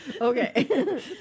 Okay